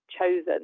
chosen